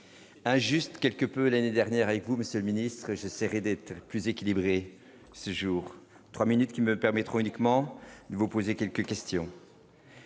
injuste quelque peu l'année dernière avec vous, monsieur le ministre, je serai plus équilibrée 6 jours 3 minutes qui me permettront uniquement de vous poser quelques questions.